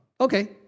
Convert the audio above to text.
Okay